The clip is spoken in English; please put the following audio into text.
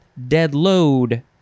Deadload